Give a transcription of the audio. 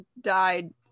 died